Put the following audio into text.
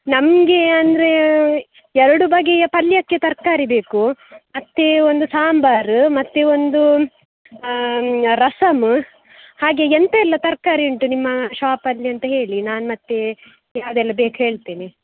ನಮಗೆ ಅಂದರೆ ಎರಡು ಬಗೆಯ ಪಲ್ಯಕ್ಕೆ ತರಕಾರಿ ಬೇಕು ಮತ್ತೆ ಒಂದು ಸಾಂಬಾರ್ ಮತ್ತೆ ಒಂದು ರಸಂ ಹಾಗೆ ಎಂತ ಎಲ್ಲ ತರಕಾರಿ ಉಂಟು ನಿಮ್ಮ ಶಾಪಲ್ಲಿ ಅಂತ ಹೇಳಿ ನಾನು ಮತ್ತೆ ಯಾವುದೆಲ್ಲ ಬೇಕು ಹೇಳ್ತೇನೆ